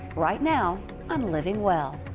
right now on living well.